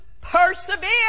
persevere